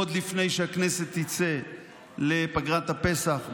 עוד לפני שהכנסת תצא לפגרת הפסח,